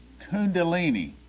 Kundalini